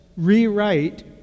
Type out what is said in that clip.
Rewrite